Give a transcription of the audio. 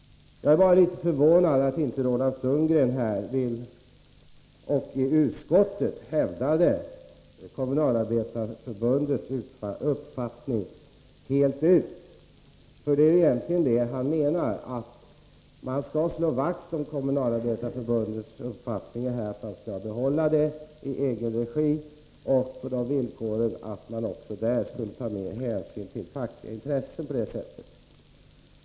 När jag lyssnade till vad Roland Sundgren sade blev jag förvånad över att han inte här — och i utskottet — fullt ut hävdade Kommunalarbetareförbundets uppfattning. Vad han menar är ju att man skall slå vakt om Kommunalarbetareförbundets uppfattning att städverksamheten skall be 1 hållas i egen regi. Därmed skulle man ta större hänsyn till fackliga intressen.